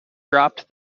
dropped